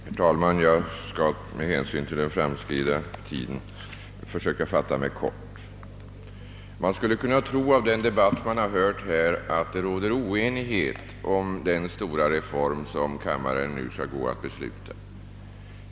Herr talman! Med hänsyn till den långt framskridna tiden skall jag försöka fatta mig kort. Den som lyssnar till denna debatt skulle kunna få uppfattningen att det råder oenighet beträffande den stora reform som kammaren nu står i begrepp att fatta beslut om.